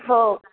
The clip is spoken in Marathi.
हो का